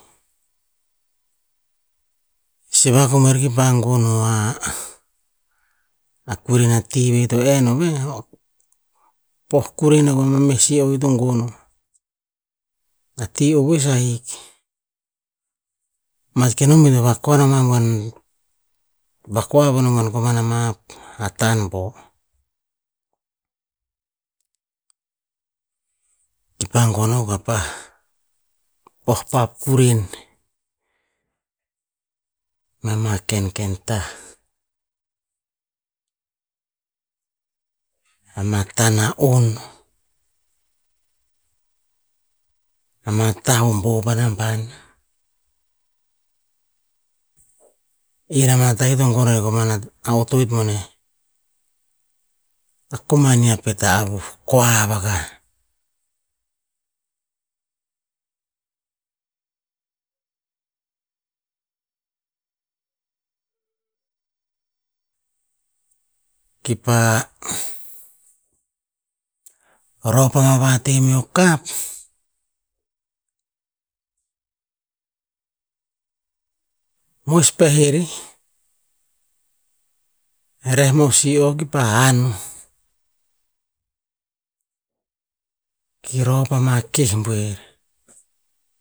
Sivak o ra buer kipa gon o a- a kurenah ti veh to enn o veh, o pah kuren o meo meh sio veh ito gonn o, a ti ovoes ahik. Mat kenon ba ito vakuan nih boan vakuav i boan komana ma hatan boh, kipa gonn akuk a pah, poh pah kuren mea ma kenken tah, ama tah na'on, ama tah hombo pa namban, in ama tah in to gonn o komana otoet boneh. A komania pet a avuh koar ava kah. Kipa rov pa vateh meo kap, moes peha ver, reh ma si o kipa han ki rov pa ma keh buer.